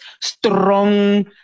strong